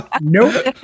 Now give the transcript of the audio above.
Nope